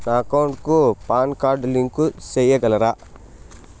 నా అకౌంట్ కు PAN card link సేయగలరా?